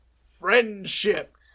friendship